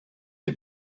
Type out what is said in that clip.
the